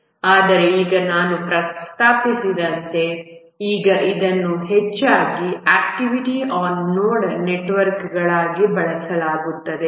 ಆದರೆ ಆಗ ನಾನು ಪ್ರಸ್ತಾಪಿಸಿದಂತೆ ಈಗ ಇದನ್ನು ಹೆಚ್ಚಾಗಿ ಆಕ್ಟಿವಿಟಿ ಆನ್ ನೋಡ್ ನೆಟ್ವರ್ಕ್ ಆಗಿ ಬಳಸಲಾಗುತ್ತದೆ